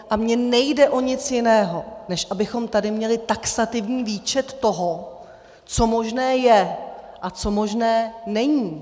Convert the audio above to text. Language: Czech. A mně nejde o nic jiného, než abychom tady měli taxativní výčet toho, co možné je a co možné není.